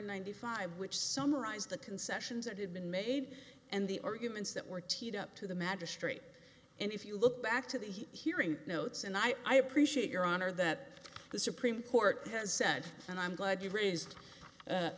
ninety five which summarize the concessions that had been made and the arguments that were teed up to the magistrate and if you look back to the hearing notes and i appreciate your honor that the supreme court has said and i'm glad you raised